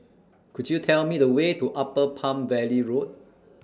Could YOU Tell Me The Way to Upper Palm Valley Road